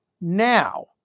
Now